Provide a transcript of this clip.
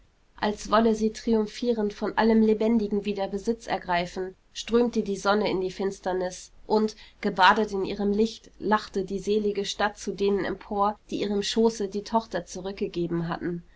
als wolle sie triumphierend von allem lebendigen wieder besitz ergreifen strömte die sonne in die finsternis und gebadet in ihrem licht lachte die selige stadt zu denen empor die ihrem schoße die tochter zurückgegeben hatten